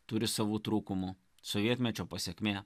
turi savų trūkumų sovietmečio pasekmė